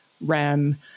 REM